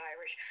Irish